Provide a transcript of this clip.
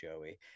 Joey